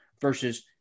versus